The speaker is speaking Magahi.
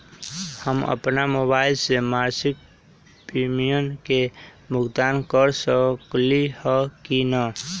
हम अपन मोबाइल से मासिक प्रीमियम के भुगतान कर सकली ह की न?